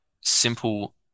simple